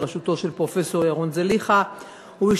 בראשותו של פרופסור ירון זליכה ובהשתתפות